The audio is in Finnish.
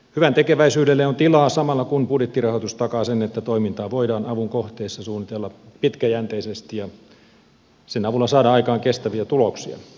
hyväntekeväisyydelle on tilaa samalla kun budjettirahoitus takaa sen että toimintaa voidaan avun kohteessa suunnitella pitkäjänteisesti ja sen avulla saada aikaan kestäviä tuloksia